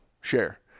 share